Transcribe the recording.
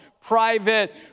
private